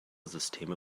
systeme